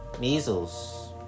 measles